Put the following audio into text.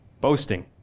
boasting